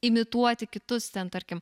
imituoti kitus ten tarkim